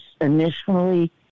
initially